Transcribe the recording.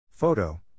Photo